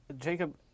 Jacob